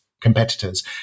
competitors